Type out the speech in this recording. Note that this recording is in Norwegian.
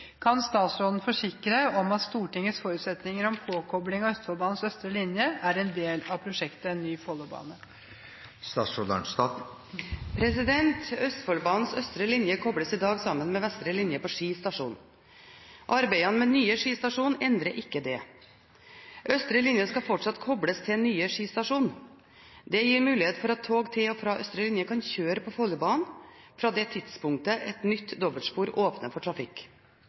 Kan statsråden forsikre om at Stortingets forutsetninger om påkobling av Østfoldbanens østre linje er en del av prosjektet ny Follobane?» Østfoldbanens østre linje kobles i dag sammen med vestre linje på Ski stasjon. Arbeidene med nye Ski stasjon endrer ikke det: Østre linje skal fortsatt kobles til nye Ski stasjon. Dette gir mulighet for at tog til og fra østre linje kan kjøre på Follobanen fra det tidspunktet et nytt dobbeltspor åpner for trafikk.